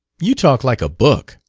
you talk like a book!